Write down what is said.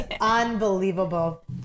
unbelievable